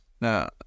Now